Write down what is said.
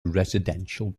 residential